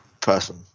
person